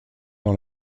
dans